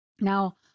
Now